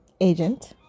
agent